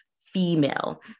female